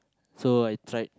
so I tried